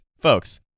folks